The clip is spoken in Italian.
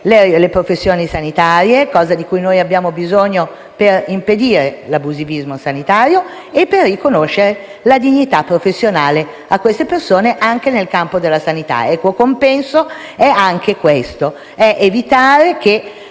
le professioni sanitarie, di cui abbiamo bisogno per impedire l'abusivismo sanitario e per riconoscere la dignità professionale a queste persone, anche nel campo della sanità. L'equo compenso è anche questo: evitare che